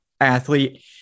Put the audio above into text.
athlete